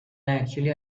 actually